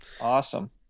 Awesome